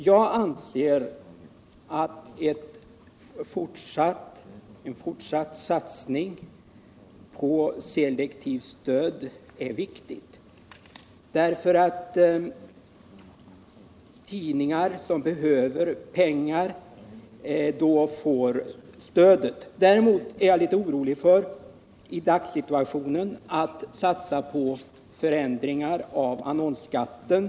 Jag anser att en fortsatt satsning på ett selektivt stöd är viktig, eftersom tidningar som behöver pengar då också får det. Däremot är jag i dagssituationen litet orolig Nr 48 för en satsning på en ändring av annonsskatten.